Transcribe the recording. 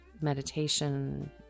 meditation